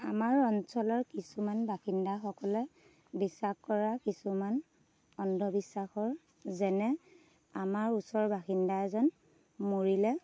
আমাৰ অঞ্চলৰ কিছুমান বাসিন্দাসকলে বিশ্বাস কৰা কিছুমান অন্ধবিশ্বাস হ'ল যেনে আমাৰ ওচৰৰ বাসিন্দা এজন মৰিলে